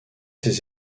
ses